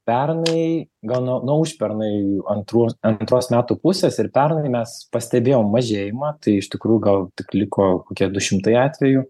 pernai gal nuo nuo užpernai antrų antros metų pusės ir pernai mes pastebėjom mažėjimą tai iš tikrųjų gal tik liko kokie du šimtai atvejų